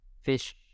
fish